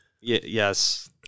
yes